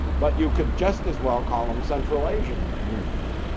but you could just as well call them central asian numerals.